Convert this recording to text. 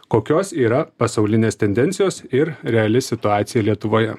kokios yra pasaulinės tendencijos ir reali situacija lietuvoje